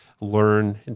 learn